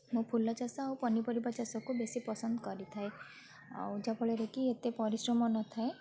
ମୁଁ ଫୁଲ ଚାଷ ଆଉ ପନିପରିବା ଚାଷକୁ ବେଶୀ ପସନ୍ଦ କରିଥାଏ ଆଉ ଯାହାଫଳରେ କି ଏତେ ପରିଶ୍ରମ ନଥାଏ